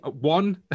One